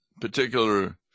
particular